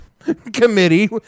Committee